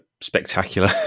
spectacular